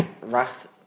wrath